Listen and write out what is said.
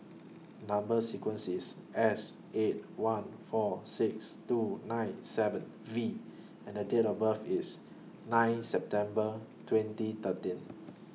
Number sequence IS S eight one four six two nine seven V and Date of birth IS nine September twenty thirteen